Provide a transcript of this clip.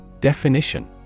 Definition